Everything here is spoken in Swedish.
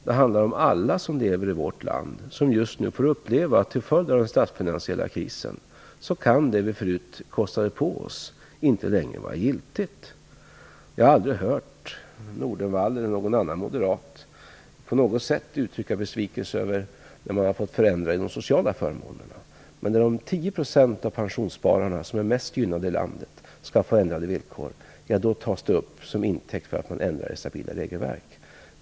Det handlar om alla som lever i vårt land som just nu till följd av den statsfinansiella krisen får uppleva att det vi förut kostade på oss inte längre kan vara giltigt. Jag har aldrig hört Nordenvall eller någon annan moderat på något sätt uttrycka besvikelse över att man har fått förändra de sociala förmånerna. Men när de 10 % av pensionsspararna som är mest gynnade i landet skall få ändrade villkor tas det som intäkt för att man ändrar i stabila regelverk.